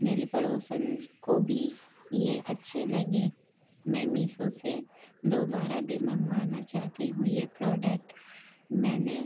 میری پڑوسن کو بھی یہ اچّھے لگے میں میشو سے دوبارہ بھی منگوانا چاہتی ہوں یہ پروڈکٹ میں نے